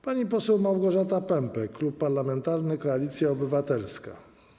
Pani poseł Małgorzata Pępek, Klub Parlamentarny Koalicja Obywatelska.